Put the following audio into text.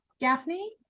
Gaffney